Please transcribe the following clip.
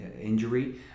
injury